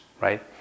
right